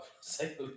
Say